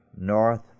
North